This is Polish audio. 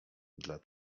dla